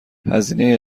هزینه